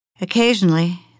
Occasionally